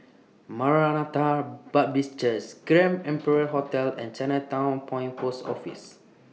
Maranatha Baptist Churches Grand Imperial Hotel and Chinatown Point Post Office